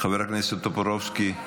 חבר הכנסת טופורובסקי,